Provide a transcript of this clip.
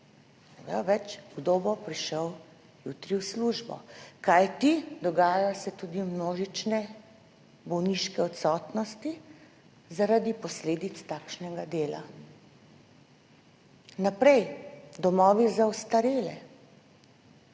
več, kdo bo prišel jutri v službo, kajti dogajajo se tudi množične bolniške odsotnosti, zaradi posledic takšnega dela. Naprej, domovi za ostarele.